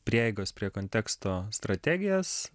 prieigos prie konteksto strategijas